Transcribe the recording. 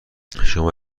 شما